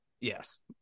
Yes